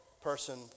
person